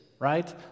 right